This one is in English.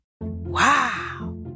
Wow